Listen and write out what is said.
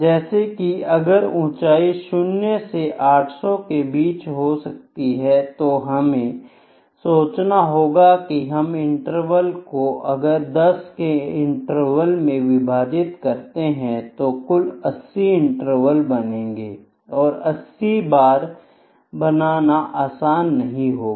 जैसे कि अगर ऊंचाई 0 से 800 के बीच हो सकती है तो हमें सोचना होगा की हम इंटरवल को अगर 10 के इंटरवल में विभाजित करते हैं तो कुल 80 इंटरवल बनेंगे और 80 बार बनाना आसान नहीं होगा